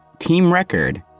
team record,